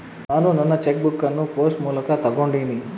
ನಾನು ನನ್ನ cheque book ಅನ್ನು ಪೋಸ್ಟ್ ಮೂಲಕ ತೊಗೊಂಡಿನಿ